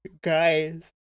guys